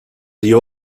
you